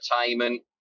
entertainment